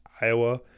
Iowa